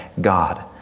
God